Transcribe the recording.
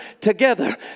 together